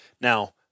Now